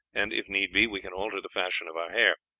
and if need be we can alter the fashion of our hair.